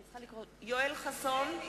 (קוראת בשמות חברי הכנסת)